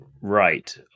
right